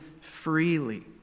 freely